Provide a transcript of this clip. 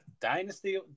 Dynasty